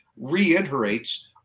reiterates